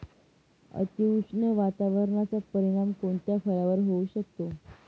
अतिउष्ण वातावरणाचा परिणाम कोणत्या फळावर होऊ शकतो?